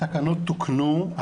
התקנות תוקנו,